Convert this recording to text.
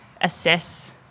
assess